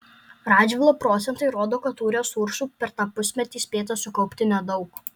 radžvilo procentai rodo kad tų resursų per tą pusmetį spėta sukaupti nedaug